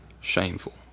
shameful